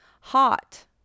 hot